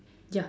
ya